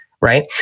right